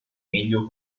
meglio